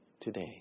today